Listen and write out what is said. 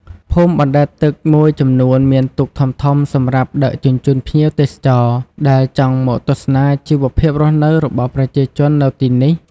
ភូមិបណ្ដែតទឹកមួយចំនួនមានទូកធំៗសម្រាប់ដឹកជញ្ជូនភ្ញៀវទេសចរណ៍ដែលចង់មកទស្សនាជីវភាពរស់នៅរបស់ប្រជាជននៅទីនេះ។